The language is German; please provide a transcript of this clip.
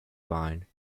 wahlen